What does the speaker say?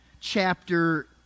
chapter